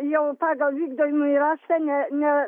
jau pagal vykdomąjį raštą ne ne